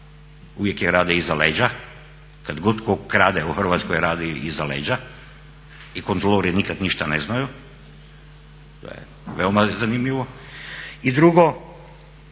uvijek rade iza leđa kada god tko krade u Hrvatskoj rade iza leđa i kontrolori nikad ništa ne znaj, veoma zanimljivo. I drugo,